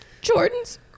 Jordan's